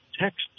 text